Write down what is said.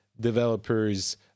developers